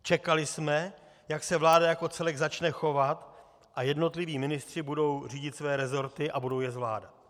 Čekali jsme, jak se vláda jako celek začne chovat a jednotliví ministři budou řídit své rezorty a budou je zvládat.